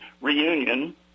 reunion